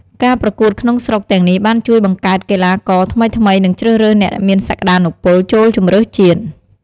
ការប្រកួតក្នុងស្រុកទាំងនេះបានជួយបង្កើតកីឡាករថ្មីៗ និងជ្រើសរើសអ្នកមានសក្ដានុពលចូលជម្រើសជាតិ។